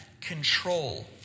control